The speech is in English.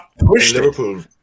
Liverpool